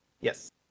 Yes